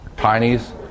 Chinese